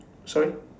sorry